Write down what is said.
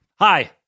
hi